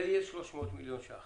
זה יהיה 300 מיליון שח